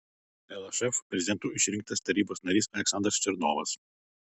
lšf prezidentu išrinktas tarybos narys aleksandras černovas